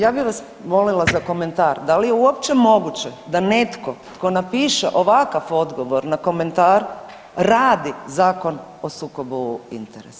Ja bi vas molila za komentar, da li je uopće moguće da netko tko napiše ovakav odgovor na komentar radi Zakon o sukobu interesa.